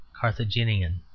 Carthaginian